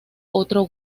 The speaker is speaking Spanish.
otro